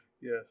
Yes